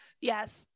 yes